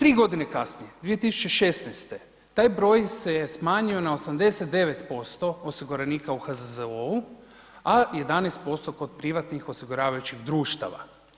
3 godine kasnije, 2016. taj broj se je smanjio na 89% osiguranika u HZZO-u, a 11% kod privatnih osiguravajućih društava.